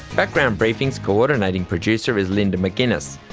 background briefing's co-ordinating producer is linda mcginness,